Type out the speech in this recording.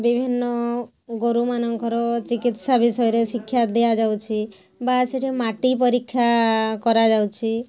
ବିଭିନ୍ନ ଗୋରୁ ମାନଙ୍କର ଚିକିତ୍ସା ବିଷୟରେ ଶିକ୍ଷା ଦିଆଯାଉଛି ବା ସେଇଠି ମାଟି ପରୀକ୍ଷା କରାଯାଉଛି